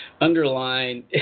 underline